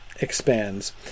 expands